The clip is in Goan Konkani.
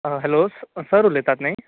हॅलो सर उलयतात न्हय